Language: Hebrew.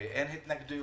ואין התנגדויות.